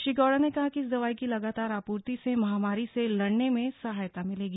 श्री गौड़ा ने कहा कि इस दवा की लगातार आपूर्ति से महामारी से लड़ने में सहायता मिलेगी